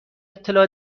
اطلاع